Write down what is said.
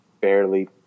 barely